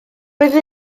roedd